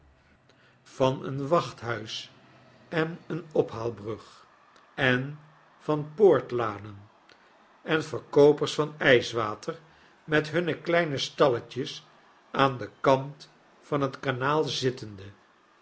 van een wachthuis en eene ophaalbrug en van poortlanen en van verkoopers van ijswater met hunne kleine stalletjes aan den kant van het kanaal zittende